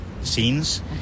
scenes